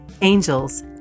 angels